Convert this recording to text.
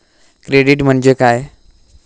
Credit म्हणजे काय?